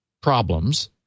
problems